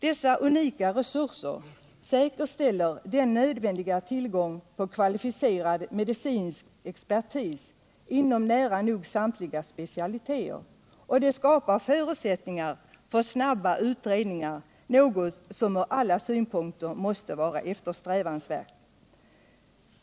Dessa unika resurser säkerställer den nödvändiga tillgången på kvalificerad medicinsk expertis inom nära nog samtliga specialiteter och det skapar förutsättningar för snabba utredningar, något som från alla synpunkter måste vara eftersträvansvärt.